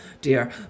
dear